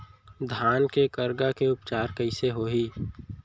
धान के करगा के उपचार कइसे होही?